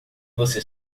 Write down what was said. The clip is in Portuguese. você